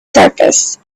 surface